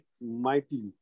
mightily